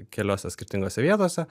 keliose skirtingose vietose